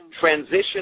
Transition